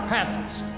Panthers